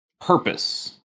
purpose